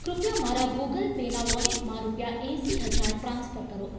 કૃપયા મારા ગૂગલ પેના વોલેટમાં રૂપિયા આઠ હજાર ટ્રાન્સફર કરો